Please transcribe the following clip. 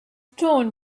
torn